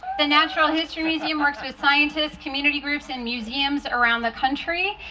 the natural history museum works with scientists, community groups and museums around the country,